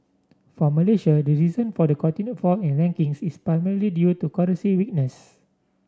for Malaysia the reason for the continued fall in rankings is primarily due to currency weakness